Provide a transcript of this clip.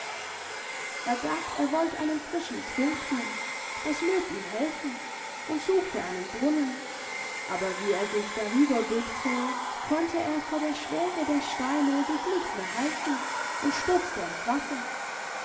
er dacht er wollt einen frischen trunk thun das mögt ihm helfen und suchte einen brunnen aber wie er sich darüber bückte konnte er vor der schwere der steine sich nicht mehr halten und stürzte ins wasser